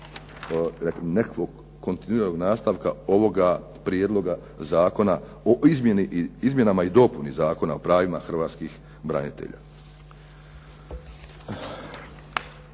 svezi i nastavka nekakvog ovoga prijedloga zakona o izmjenama i dopuna Zakona o pravima Hrvatskih branitelja.